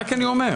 רק אני אומר.